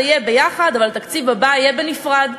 זה יהיה ביחד אבל התקציב הבא יהיה בנפרד,